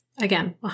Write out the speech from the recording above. again